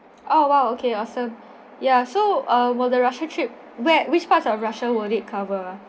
oh !wow! okay awesome ya so uh will the russia trip where which part of russia will it cover